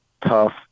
tough